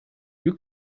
you